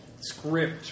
script